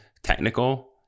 technical